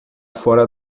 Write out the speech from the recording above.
fora